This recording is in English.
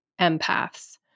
empaths